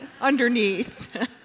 underneath